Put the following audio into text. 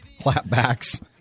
clapbacks